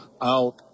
out